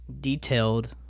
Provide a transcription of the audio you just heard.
detailed